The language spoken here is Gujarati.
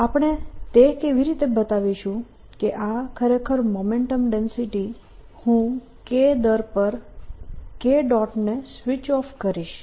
B0K S10EBσK0 Momentum Density1c2σK00σK આપણે તે કેવી રીતે બતાવીશું કે આ ખરેખર મોમેન્ટમ ડેન્સિટી હું K દર પર KK ડોટ ને સ્વિચ ઓફ કરીશ